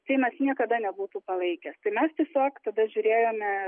seimas niekada nebūtų palaikęs tai mes tiesiog tada žiūrėjome